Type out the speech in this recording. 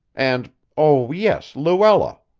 and oh, yes luella.